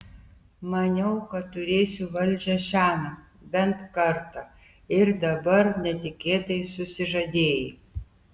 maniau kad turėsiu valdžią šiąnakt bent kartą ir dabar netikėtai susižadėjai